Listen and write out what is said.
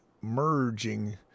merging